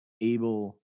able